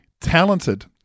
talented